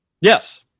Yes